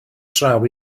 draw